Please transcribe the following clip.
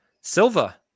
Silva